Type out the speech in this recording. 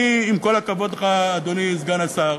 אני, עם כל הכבוד לך, אדוני סגן השר,